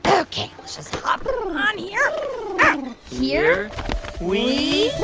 ok. let's just hop on here here we